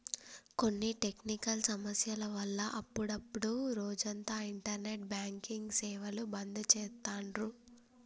కొన్ని టెక్నికల్ సమస్యల వల్ల అప్పుడప్డు రోజంతా ఇంటర్నెట్ బ్యాంకింగ్ సేవలు బంద్ చేత్తాండ్రు